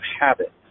habit